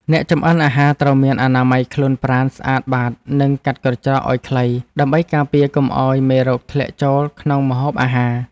អ្នកចម្អិនអាហារត្រូវមានអនាម័យខ្លួនប្រាណស្អាតបាតនិងកាត់ក្រចកឱ្យខ្លី ដើម្បីការពារកុំឱ្យមេរោគធ្លាក់ចូលក្នុងម្ហូបអាហារ។